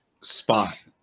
spot